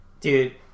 Dude